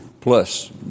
plus